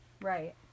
right